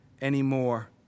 anymore